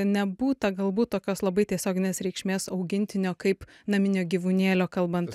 nebūta galbūt tokios labai tiesioginės reikšmės augintinio kaip naminio gyvūnėlio kalbant